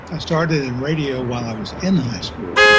i started in radio while i was in high school,